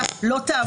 לא תעבור.